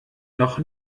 noch